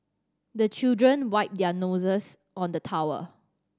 the children wipe their noses on the towel